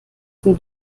zum